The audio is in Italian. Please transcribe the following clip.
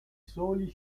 soli